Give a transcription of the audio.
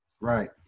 Right